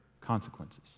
consequences